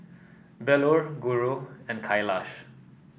Bellur Guru and Kailash